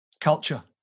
Culture